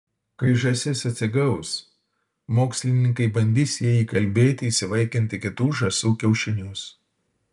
kai žąsis atsigaus mokslininkai bandys ją įkalbėti įsivaikinti kitų žąsų kiaušinius